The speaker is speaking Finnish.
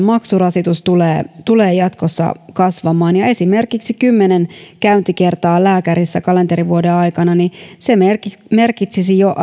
maksurasitus tulee tulee jatkossa kasvamaan esimerkiksi kymmenen käyntikertaa lääkärissä kalenterivuoden aikana merkitsisi asiakasmaksuksi jo